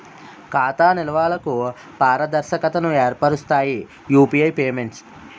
ఖాతా నిల్వలకు పారదర్శకతను ఏర్పరుస్తాయి యూపీఐ పేమెంట్స్